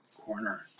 corner